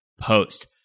post